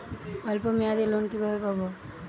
অল্প মেয়াদি লোন কিভাবে পাব?